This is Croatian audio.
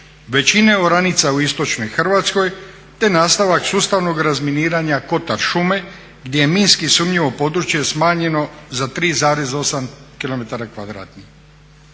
većina je oranica u istočnoj Hrvatskoj te nastavak sustavnog razminiranja kotar šume gdje je minski sumnjivo područje smanjeno za 3,8 km